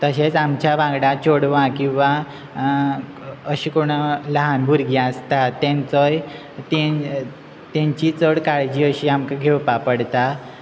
तशेंच आमच्या वांगडा चेडवां किंवां अशे कोण ल्हान भुरगीं आसता तेंचोय तेंची चड काळजी अशी आमकां घेवपा पडटा